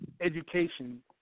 education